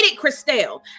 Christelle